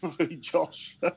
Josh